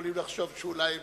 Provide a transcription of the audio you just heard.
שיכולים לחשוב שאולי הם